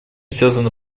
связана